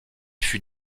fut